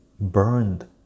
burned